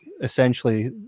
essentially